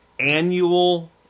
annual